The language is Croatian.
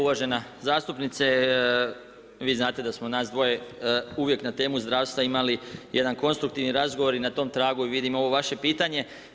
Uvažena zastupnice, vi znate da smo nas dvoje uvijek na temu zdravstva imali jedan konstruktivni razgovor i na tom tragu vidim i ovo vaše pitanje.